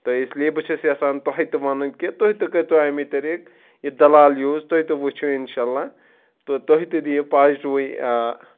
تہٕ اِسلیے بہٕ چھُس یَژھان تۄہہِ تہِ وَنُن کہِ تُہۍ تہِ کٔرۍتو اَمی طریٖقہ یہِ دَلال یوٗز تُہۍ تہٕ وٕچھو اِنشاء اللہ تہٕ تُہۍ تہٕ دِیِو پازٹِوٕے